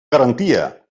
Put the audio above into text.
garantia